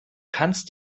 kannst